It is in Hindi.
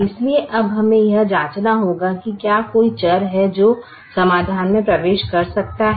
इसलिए अब हमें यह जांचना होगा कि क्या कोई चर है जो समाधान में प्रवेश कर सकता है